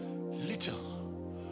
little